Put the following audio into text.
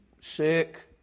sick